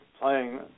playing